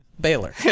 Baylor